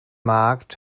markt